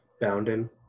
Boundin